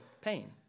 pain